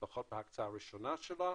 לפחות בהקצאה הראשונה שלה,